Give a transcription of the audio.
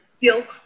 feel